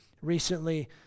Recently